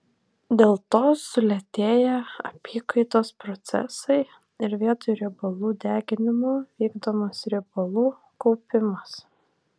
dėl to sulėtėja apykaitos procesai ir vietoj riebalų deginimo vykdomas riebalų kaupimas